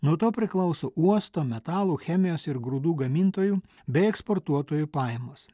nuo to priklauso uosto metalo chemijos ir grūdų gamintojų bei eksportuotojų pajamos